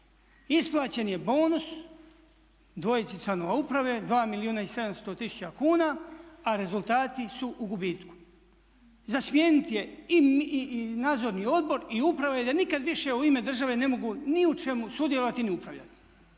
isplaćen je bonus dvojci članova uprave 2 milijuna i 700 tisuća kuna a rezultati su u gubitku. Za smijeniti je i nadzorni odbor i uprave i da nikada više u ime države ne mogu ni u čemu sudjelovati ni upravljati